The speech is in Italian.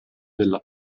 della